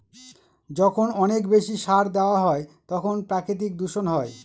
যখন অনেক বেশি সার দেওয়া হয় তখন প্রাকৃতিক দূষণ হয়